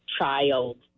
child